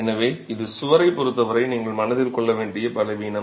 எனவே இது சுவரைப் பொருத்தவரை நீங்கள் மனதில் கொள்ள வேண்டிய பலவீனம்